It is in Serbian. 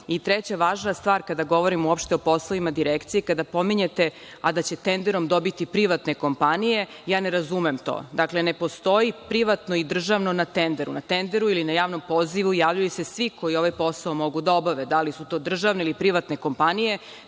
važna stvar kada govorimo uopšte o poslovima Direkcije, kada pominjete, a da će tenderom dobiti privatne kompanije, ja ne razumem to. Dakle, ne postoji privatno i državno na tenderu. Na tenderu ili na javom pozivu javljaju se svi koji mogu ovaj posao da obave, a da li su to državne ili privatne kompanije,